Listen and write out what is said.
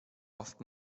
oft